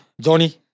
Johnny